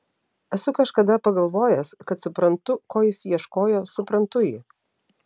esu kažkada pagalvojęs kad suprantu ko jis ieškojo suprantu jį